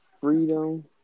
freedom